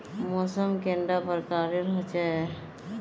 मौसम कैडा प्रकारेर होचे?